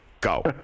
Go